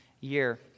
year